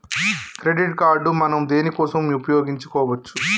Credit card మనం దేనికోసం ఉపయోగించుకోవచ్చు?